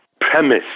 premise